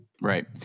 Right